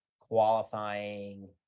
qualifying